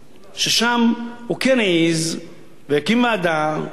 ששם הוא כן העז והקים ועדה שדנה בכל